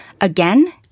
again